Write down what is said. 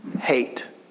hate